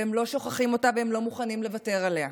והם לא שוכחים אותה ולא מוכנים לוותר עליה: